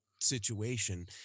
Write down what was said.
situation